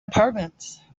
apartment